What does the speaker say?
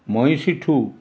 ମହିଁଷି ଠୁ